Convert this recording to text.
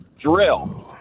drill—